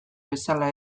bezala